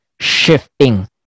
shifting